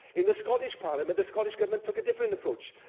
in the scottish parliament, the scottish government took a different approach.